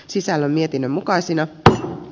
sisällä mietinnön mukaisina pn